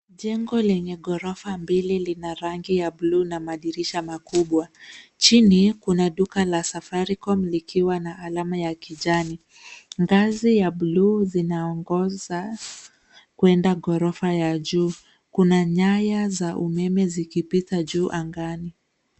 Jengo lenye ghorofa mbili lina rangi ya blue na madirisha makubwa. Chini kuna duka la Safaricom likiwa na alama ya kijani. Ngazi ya blue zinaongoza kuenda ghorofa ya juu. Kuna nyaya za umeme zikipita juu angani.